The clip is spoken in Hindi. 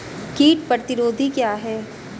कीट प्रतिरोधी क्या है?